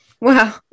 Wow